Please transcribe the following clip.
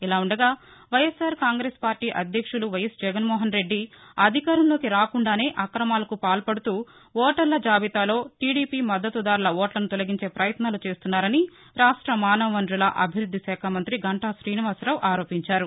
ఇలా ఉండగా వైఎస్ఆర్ కాంగ్రెస్ పార్లీ అధ్యక్షులు వైఎస్ జగన్మోహన్రెద్ది అధికారంలోకి రాకుండానే అక్రమాలకు పాల్పడుతూ ఓటర్ల జాబితాలో టీడిపి మద్గతుదారుల ఓట్లను తొలగించే ప్రయత్నం చేస్తున్నారని రాష్టంలో మానవ వసరుల అభివృద్ది శాఖ మంతి గంటా శ్రీనివాసరావు ఆరోపించారు